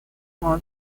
was